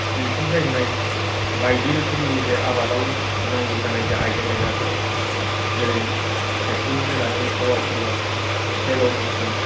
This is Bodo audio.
अनसुंथाय होनाय बायदि रोखोमनि जे आबादाव नांगौ जानाय जे आइजें आयलाफोर जेरै त्रेक्तरनिफ्राय लानानै पावार तिलार सेल' मिसिन